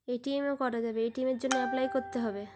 এ T এমও করা যাবে এ টি এমের জন্য অ্যাপ্লাই করতে হবে